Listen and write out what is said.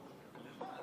בעד.